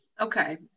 Okay